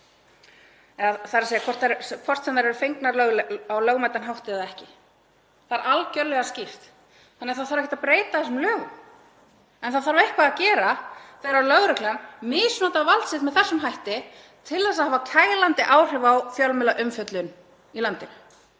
taka við upplýsingum, hvort sem þær eru fengnar á lögmætan hátt eða ekki. Það er algjörlega skýrt. Þannig að það þarf ekki að breyta þessum lögum en það þarf eitthvað að gera þegar lögreglan misnotar vald sitt með þessum hætti til þess að hafa kælandi áhrif á fjölmiðlaumfjöllun í landinu.